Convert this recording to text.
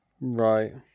Right